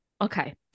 Okay